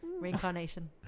Reincarnation